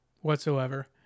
whatsoever